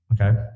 okay